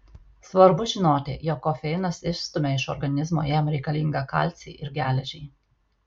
svarbu žinoti jog kofeinas išstumia iš organizmo jam reikalingą kalcį ir geležį